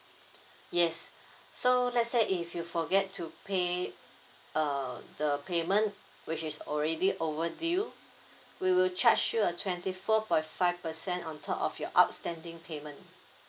yes so let's say if you forget to pay uh the payment which is already overdue we will charge you a twenty four point five percent on top of your outstanding payment